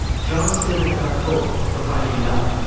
john still held out hope for finding love.